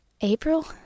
April